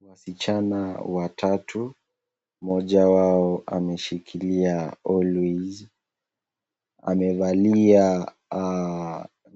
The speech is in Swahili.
Wasichana watatu, moja wao ameshikilia always ,amevalia